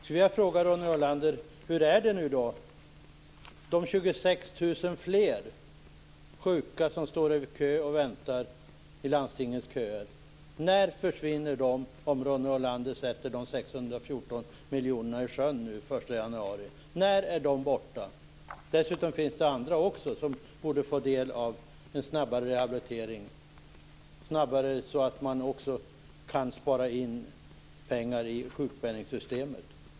Ytterligare 26 000 sjuka står i landstingets köer och väntar. Försvinner de köerna om Ronny Olander sätter förslaget om 614 miljoner i sjön den 1 januari? När är de köerna borta? Det finns dessutom andra som borde få en snabbare rehabilitering, så att man kan spara pengar i sjukpenningsystemet.